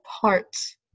parts